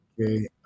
Okay